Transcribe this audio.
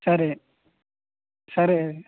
సరే సరే